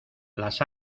las